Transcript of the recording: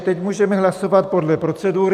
Teď můžeme hlasovat podle procedury.